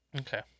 Okay